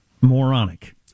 moronic